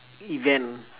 event